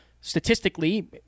statistically